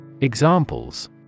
Examples